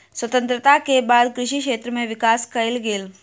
स्वतंत्रता के बाद कृषि क्षेत्र में विकास कएल गेल